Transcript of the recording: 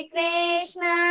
Krishna